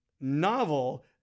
novel